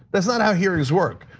that's not how hearings work.